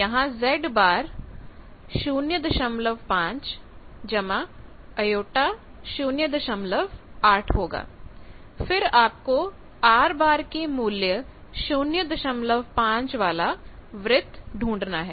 Z R j X 05 j 08 फिर आपको R के मूल्य 05 वाला वृत्त ढूंढना है